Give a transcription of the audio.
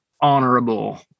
honorable